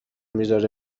میذاره